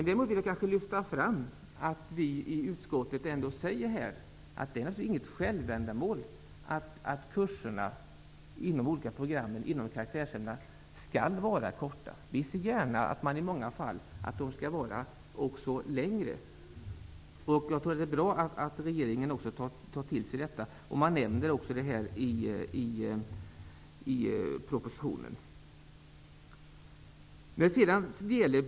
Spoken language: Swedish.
Däremot vill jag lyfta fram att vi i utskottet säger att det inte är något självändamål att kurserna i karaktärsämnena i de olika programmen skall vara korta. Vi ser gärna att de är längre i många fall. Jag tror att det är bra att regeringen tar till sig det. Det nämns också i propositionen.